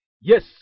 yes